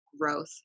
growth